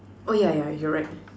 oh yeah yeah you're right